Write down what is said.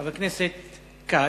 חבר הכנסת כץ,